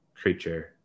creature